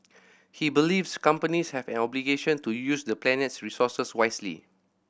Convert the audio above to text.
he believes companies have an obligation to use the planet's resources wisely